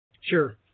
Sure